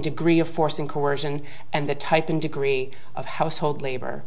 degree of force and coercion and the type and degree of household labor